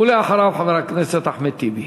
ואחריו, חבר הכנסת אחמד טיבי.